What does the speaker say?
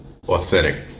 authentic